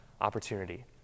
opportunity